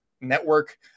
network